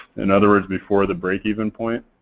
in other words before the breakeven point,